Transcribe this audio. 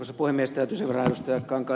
täytyy sen verran ed